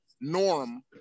norm